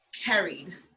carried